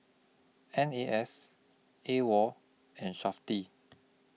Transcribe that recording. N A S AWOL and Safti